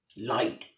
Light